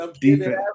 defense